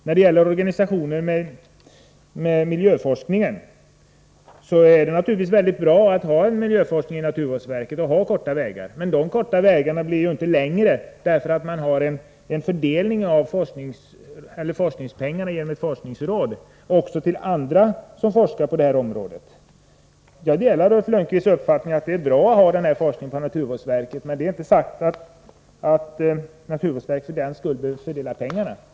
När det gäller miljöforskningens organisation är det naturligtvis mycket bra att ha en miljöforskning inom naturvårdsverket, så att man får korta vägar. Men de korta vägarna blir ju inte längre därför att man genom ett forskningsråd fördelar pengar också till andra som forskar på detta område. Jag delar alltså Ulf Lönnqvists uppfattning att det är bra att ha denna forskning vid naturvårdsverket. Men det är inte sagt att naturvårdsverket för den skull behöver fördela pengarna.